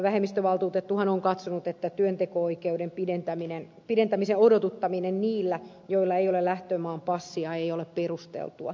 vähemmistövaltuutettuhan on katsonut että työnteko oikeuden odotuttamisen pidentäminen niillä joilla ei ole lähtömaan passia ei ole perusteltua